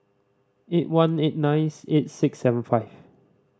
eight one eight nine eight six seven five